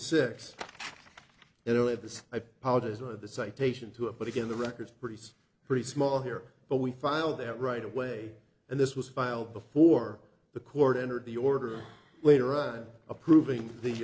citation to it but again the records pretty say pretty small here but we filed that right away and this was filed before the court entered the order later i'm approving the